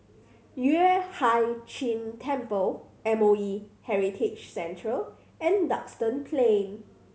Yueh Hai Ching Temple M O E Heritage Centre and Duxton Plain